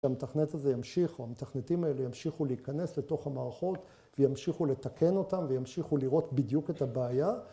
‫המתכנת הזה ימשיך, או המתכנתים ‫האלה ימשיכו להיכנס לתוך המערכות ‫וימשיכו לתקן אותם ‫וימשיכו לראות בדיוק את הבעיה.